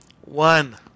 one